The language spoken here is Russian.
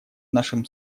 нашим